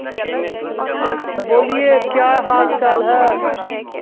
बोलिए क्या हाल चाल है